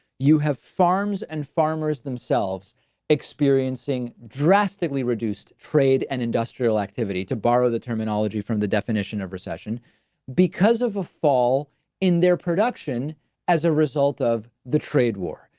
you have farms and farmers themselves experiencing drastically reduced trade and industrial activity to borrow the terminology from the definition of recession because of a fall in their production as a result of the trade war.